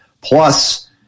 plus